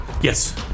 Yes